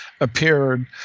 appeared